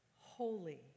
holy